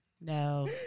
No